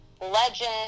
legend